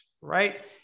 right